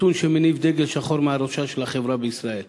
נתון שמניף דגל שחור מעל ראשה של החברה בישראל.